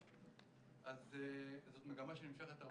אז זו מגמה שנמשכת הרבה שנים.